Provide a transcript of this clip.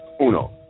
Uno